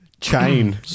Chain